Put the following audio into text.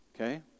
Okay